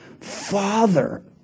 Father